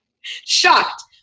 Shocked